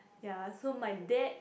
ya so my dad